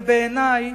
ובעיני,